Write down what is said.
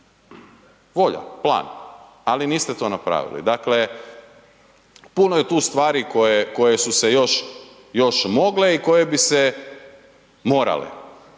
volja, plan, ali niste to napravili. Dakle, puno je tu stvari koje, koje su se još mogle i koje bi se morale.